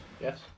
yes